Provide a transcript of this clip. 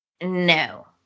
No